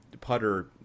putter